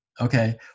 Okay